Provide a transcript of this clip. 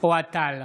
אוהד טל,